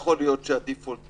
אני חושב שהפתרון צריך להיות בחוק,